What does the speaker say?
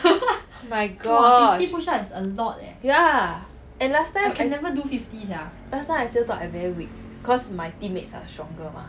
ya and last time last time I still thought I very weak cause my teammates are stronger mah